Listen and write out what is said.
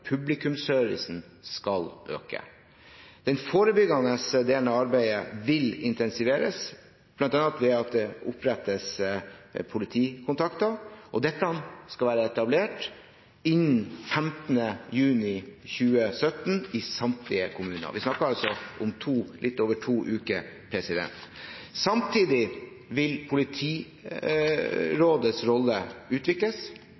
Publikumsservicen skal øke. Den forebyggende delen av arbeidet vil intensiveres, bl.a. ved at det opprettes politikontakter. Dette skal være etablert i samtlige kommuner innen 15. juni i 2017. Vi snakker altså om litt over to uker. Samtidig vil Politirådets rolle utvikles.